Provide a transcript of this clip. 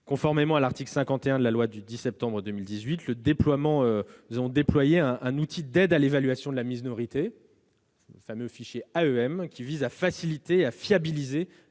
conformément à l'article 51 de la loi du 10 septembre 2018, nous avons déployé un outil d'appui à l'évaluation de la minorité, le fameux fichier AEM, qui vise à faciliter et fiabiliser